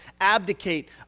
abdicate